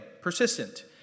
persistent